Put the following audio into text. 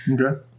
Okay